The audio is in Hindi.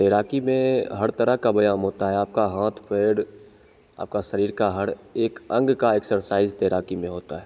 तैराकी में हर तरह का व्यायाम होता है आपका हाथ पैर आपका शरीर का हर एक अंग का एक्सरसाइज तैराकी में होता है